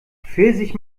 pfirsich